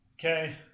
Okay